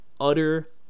utter